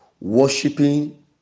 worshipping